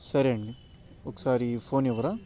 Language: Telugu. సరే అండి ఒకసారి ఫోన్ ఇవ్వరా